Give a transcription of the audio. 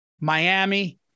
Miami